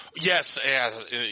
Yes